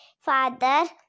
father